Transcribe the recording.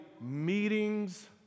meetings